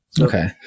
Okay